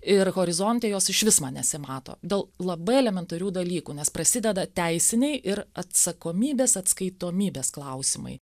ir horizonte jos išvis man nesimato dėl labai elementarių dalykų nes prasideda teisiniai ir atsakomybės atskaitomybės klausimai